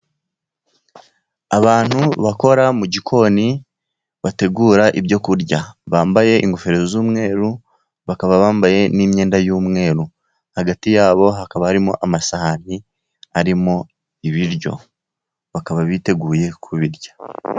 Abantu bakora mu gikoni, bategura ibyo kurya. Bambaye ingofero z'umweru, bakaba bambaye n'imyenda y'umweru. Hagati yabo hakaba harimo amasahani arimo ibiryo, bakaba biteguye kubirya.